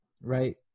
Right